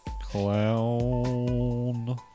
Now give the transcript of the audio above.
Clown